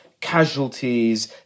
casualties